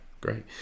great